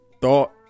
thought